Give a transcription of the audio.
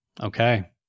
Okay